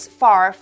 far